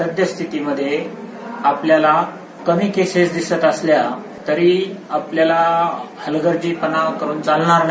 सध्या स्थितीमध्ये आपल्याला कमी केसेस दिसत असल्या तरी आपल्याला हलगर्जीपणा करून चालणार नाही